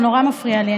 זה נורא מפריע לי,